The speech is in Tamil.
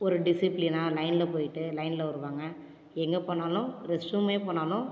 ஒரு டிசிப்ளினா லைனில் போயிட்டு லைனில் வருவாங்க எங்கே போனாலும் ரெஸ்ட்ரூமே போனாலும்